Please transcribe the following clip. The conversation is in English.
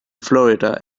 florida